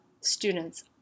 students